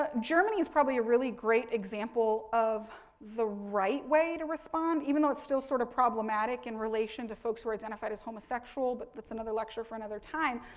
ah germany is probably a really great example of the right way to respond, even though it's still sort of problematic in relation to folks who are identified as homosexual, but that's that's another lecture for another time.